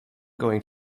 going